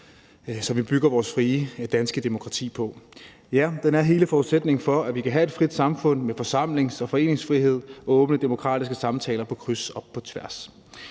som vi bygger vores frie danske demokrati på. Ja, den er hele forudsætningen for, at vi kan have et frit samfund med forsamlings- og foreningsfrihed og åbne demokratiske samtaler på kryds og på tværs.